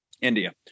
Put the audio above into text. India